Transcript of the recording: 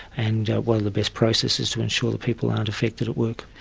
and what the best processes to ensure that people aren't affected at work.